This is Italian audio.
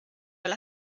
alla